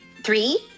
Three